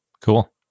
Cool